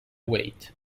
weight